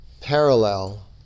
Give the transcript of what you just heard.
parallel